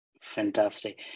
Fantastic